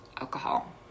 alcohol